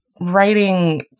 writing